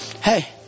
hey